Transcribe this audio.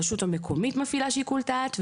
הרשות המקומית מפעילה שיקול דעת,